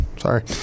Sorry